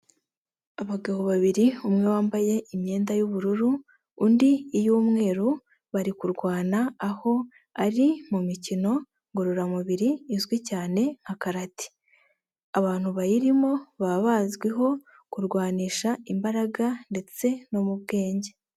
Abagabo babiri umwe wambaye imyenda y'ubururu, undi iy'umweru bari kurwana aho ari mu mikino ngororamubiri izwi cyane nka karate, abantu bayirimo baba bazwiho kurwanisha imbaraga ndetse no mu bwenge.